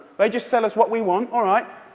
they just sell us what we want. all right.